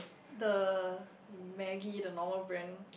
the Maggi the normal brand